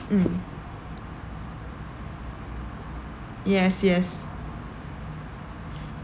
mm yes yes